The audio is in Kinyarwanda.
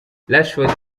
rashford